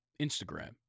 Instagram